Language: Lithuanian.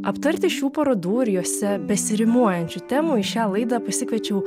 aptarti šių parodų ir jose besirimuojančių temų į šią laidą pasikviečiau